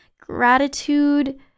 gratitude